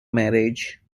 marriage